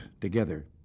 together